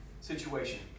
situation